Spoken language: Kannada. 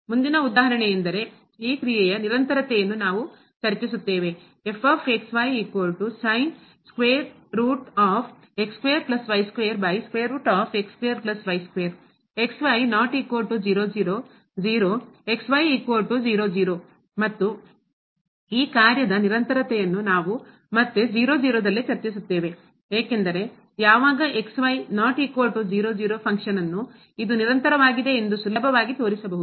ಮುಂದಿನ ಉದಾಹರಣೆಯೆಂದರೆ ಈ ಕ್ರಿಯೆಯ ನಿರಂತರತೆಯನ್ನು ನಾವು ಚರ್ಚಿಸುತ್ತೇವೆ ಮತ್ತು ಈ ಕಾರ್ಯದ ನಿರಂತರತೆಯನ್ನು ನಾವು ಮತ್ತೆ ದಲ್ಲಿ ಚರ್ಚಿಸುತ್ತೇವೆ ಏಕೆಂದರೆ ಯಾವಾಗ ಫಂಕ್ಷನ್ ನ್ನು ಕಾರ್ಯವನ್ನು ಇದು ನಿರಂತರವಾಗಿದೆ ಎಂದು ಸುಲಭವಾಗಿ ತೋರಿಸಬಹುದು